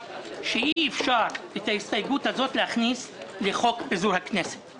ראש הממשלה אמר שצריך לתקן את חוק קמיניץ ולא אמר במה.